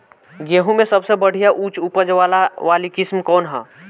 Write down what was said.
गेहूं में सबसे बढ़िया उच्च उपज वाली किस्म कौन ह?